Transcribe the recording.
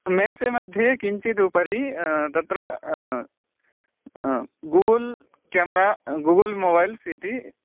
मेण्से मध्ये किञ्चिदुपरि तत्र गूगल् केमरा गूगल् मोबैल्स् इति